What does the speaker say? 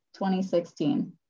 2016